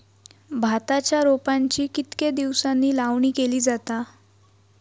भाताच्या रोपांची कितके दिसांनी लावणी केली जाता?